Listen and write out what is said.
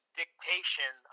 dictation